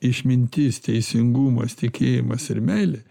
išmintis teisingumas tikėjimas ir meilė